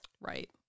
Right